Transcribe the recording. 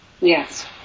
Yes